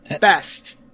best